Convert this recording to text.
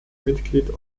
mitglied